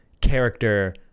character